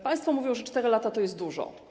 Państwo mówią, że 4 lata to jest dużo.